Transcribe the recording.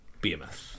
BMS